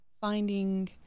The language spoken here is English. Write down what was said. finding